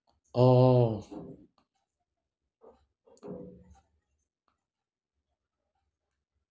oh